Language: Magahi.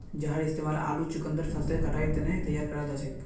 जहार इस्तेमाल आलू चुकंदर फसलेर कटाईर तने तैयार कराल जाछेक